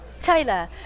Taylor